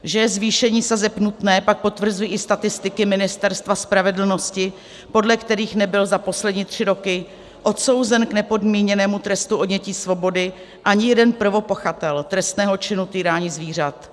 Že je zvýšení sazeb nutné, pak potvrzují i statistiky Ministerstva spravedlnosti, podle kterých nebyl za poslední tři roky odsouzen k nepodmíněnému trestu odnětí svobody ani jeden prvopachatel trestného činu týrání zvířat.